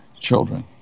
children